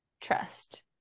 trust